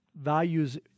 values